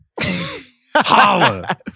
Holla